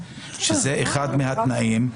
שזה אחד מהתנאים,